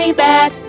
bad